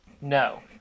No